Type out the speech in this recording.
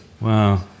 Wow